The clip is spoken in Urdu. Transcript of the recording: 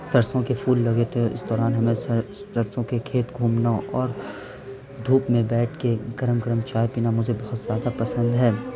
سرسوں کے پھول لگے ہوتے ہیں اس دوران ہمیں سرسوں کے کھیت گھومنا اور دھوپ میں بیٹھ کے گرم گرم چائے پینا مجھے بہت زیادہ پسند ہے